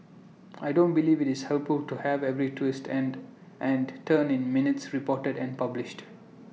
I don't believe IT is helpful to have every twist and and turn in minutes reported and published